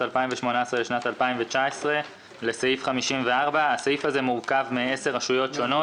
2018 לשנת 2019 לסעיף 54. הסעיף הזה מורכב מעשר רשויות שונות,